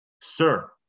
Sir